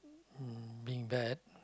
mm being bad